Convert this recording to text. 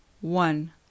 one